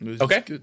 Okay